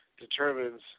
determines